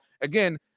Again